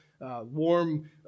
Warm